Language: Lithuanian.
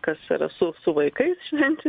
kas yra su su vaikais švenčia